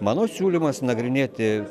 mano siūlymas nagrinėti